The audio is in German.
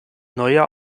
neujahr